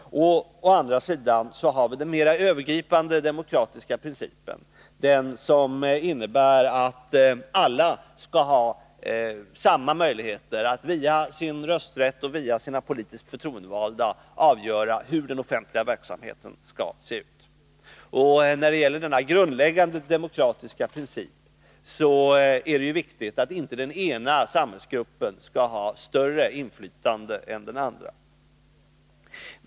Å andra sidan har vi den mera Övergripande demokratiska principen — den som innebär att alla skall ha samma möjligheter att via sin rösträtt och via sina politiskt förtroendevalda avgöra hur den offentliga verksamheten skall se ut. När det gäller denna grundläggande demokratiska princip är det ju viktigt att inte den ena samhällsgruppen skall ha större inflytande än den andra.